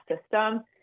system